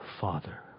father